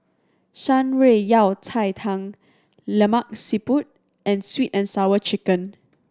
Shan Rui Yao Cai Tang Lemak Siput and Sweet And Sour Chicken